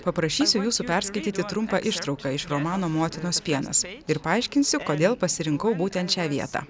paprašysiu jūsų perskaityti trumpą ištrauką iš romano motinos pienas ir paaiškinsiu kodėl pasirinkau būtent šią vietą